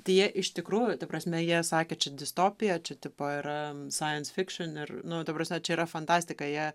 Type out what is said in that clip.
tai jie iš tikrųjų ta prasme jie sakė čia distopija čia tipo yra science fiction ir nu ta prasme čia yra fantastika jie